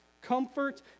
comfort